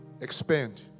expand